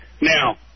Now